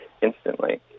instantly